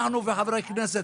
אנחנו וחברי כנסת.